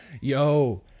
Yo